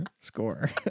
score